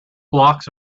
blocks